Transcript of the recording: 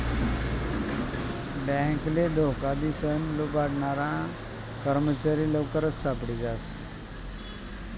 बॅकले धोका दिसन लुबाडनारा कर्मचारी लवकरच सापडी जास